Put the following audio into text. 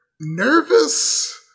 nervous